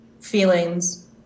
feelings